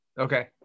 okay